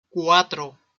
cuatro